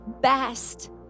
best